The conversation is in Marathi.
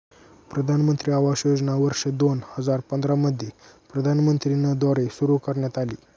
प्रधानमंत्री आवास योजना वर्ष दोन हजार पंधरा मध्ये प्रधानमंत्री न द्वारे सुरू करण्यात आली